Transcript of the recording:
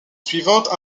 suivante